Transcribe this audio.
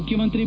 ಮುಖ್ಯಮಂತ್ರಿ ಬಿ